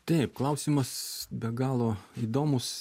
taip klausimas be galo įdomus